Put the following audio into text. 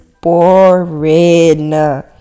boring